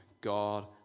God